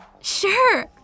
Sure